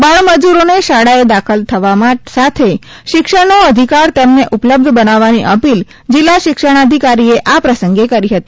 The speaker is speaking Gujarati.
બાળ મજુરોને શાળાએ દાખલ થવા સાથે શિક્ષણનો અધિકાર તેમને ઊપલબ્ધ બનાવવાની અપીલ જિલ્લા શિક્ષણાધિકારીએ આ પ્રસંગે કરી હતી